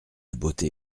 beauté